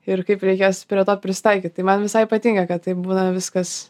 ir kaip reikės prie to prisitaikyt tai man visai patinka kad taip būna viskas